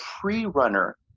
pre-runner